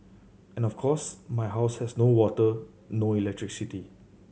and of course my house had no water no electricity